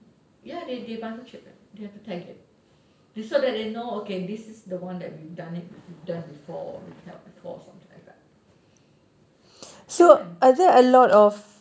ya they they microchip them they have to tag it so that they know that this is the one we have done before we've helped before something like that cute kan